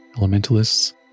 elementalists